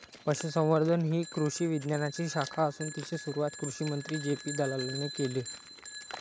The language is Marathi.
पशुसंवर्धन ही कृषी विज्ञानाची शाखा असून तिची सुरुवात कृषिमंत्री जे.पी दलालाने केले